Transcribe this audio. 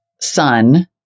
son